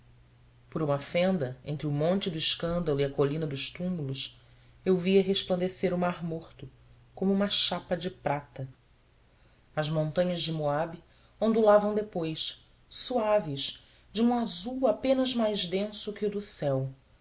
por uma fenda entre o monte do escândalo e a colina dos túmulos eu via resplandecer o mar morto como uma chapa de prata as montanhas de moabe ondulavam depois suaves de um azul apenas mais denso que o do céu